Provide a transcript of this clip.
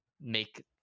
make